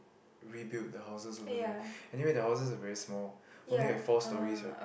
rebuild the houses over there and then the houses are very small only like four stories what